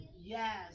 Yes